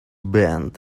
bend